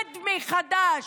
שדמי חדש.